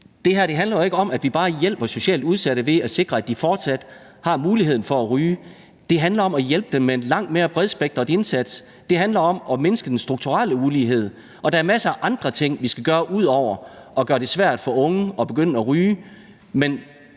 det her handler jo ikke om, at vi hjælper socialt udsatte ved bare at sikre, at de fortsat har muligheden for at ryge. Det handler om at hjælpe dem med en langt mere bredspektret indsats. Det handler om at mindske den strukturelle ulighed. Og der er masser af andre ting, vi skal gøre ud over at gøre det svært for unge at begynde at ryge.